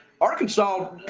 Arkansas